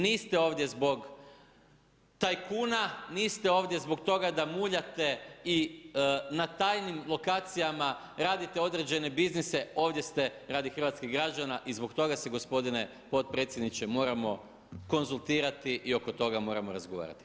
Niste ovdje zbog tajkun, a niste ovdje zbog toga da muljate i na tajnim lokacijama radite određene biznise, ovdje ste radi hrvatskih građana i zbog toga se gospodine potpredsjedniče, moramo konzultirati i oko toga moramo razgovarati.